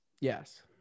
Yes